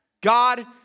God